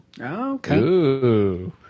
Okay